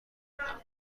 اقدام